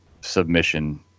submission